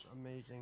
amazing